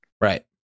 Right